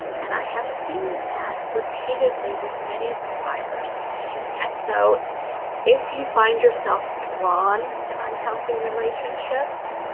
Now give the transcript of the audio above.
and i have seen that repeatedly with many survivors and so if you find yourself drawn to unhealthy relationships,